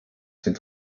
sind